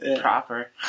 Proper